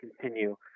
continue